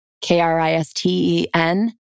K-R-I-S-T-E-N